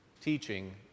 teaching